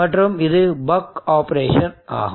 மற்றும் இது buck operation ஆகும்